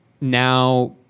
now